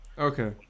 okay